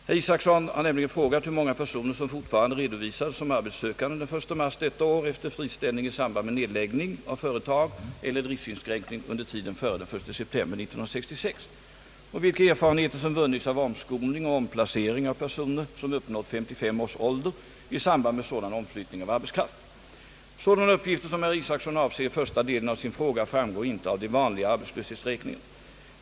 Herr Isacson har frågat hur många personer som fortfarande redovisades som arbetssökande den 1 mars detta år efter friställning i samband med nedläggning av företag eller driftsinskränkning under tiden före den 1 september 1966 och vilka erfarenheter som vunnits av omskolning och omplacering av av personer, som uppnått 55 års ålder, i samband med sådan omflyttning av arbetskraft. Sådana uppgifter som herr Isacson avser i första delen av sin fråga framgår inte av de vanliga arbetslöshetsräkningarna.